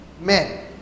men